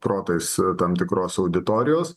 protais tam tikros auditorijos